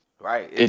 right